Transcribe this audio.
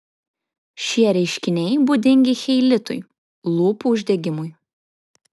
šie reiškiniai būdingi cheilitui lūpų uždegimui